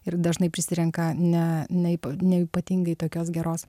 ir dažnai prisirenka ne ne ne ypatingai tokios geros